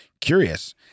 Curious